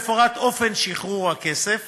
מפורט אופן שחרור הכסף